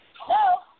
Hello